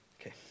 Okay